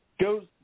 goes